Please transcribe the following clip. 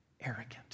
arrogant